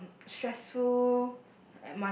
um stressful